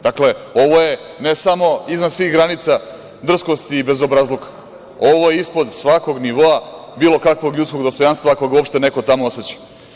Dakle, ovo je, ne samo iznad svih granica drskosti i bezobrazluka, ovo je ispod svakog nivoa bilo kakvog ljudskog dostojanstva, ako ga uopšte neko tamo oseća.